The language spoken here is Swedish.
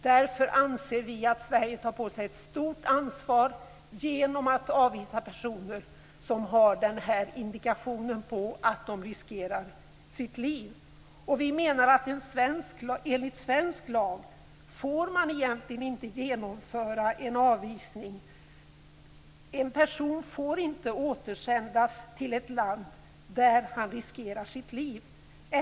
Därför anser vi att Sverige tar på sig ett stort ansvar genom att avvisa personer som har den här indikationen på att de riskerar sina liv. Vi menar att man enligt svensk lag egentligen inte får genomföra en avvisning i sådana fall. En person får inte återsändas till ett land där han riskerar sitt liv.